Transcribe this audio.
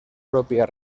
propia